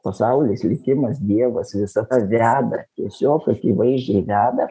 pasaulis likimas dievas visa kas drebia tiesiog akivaizdžiai veda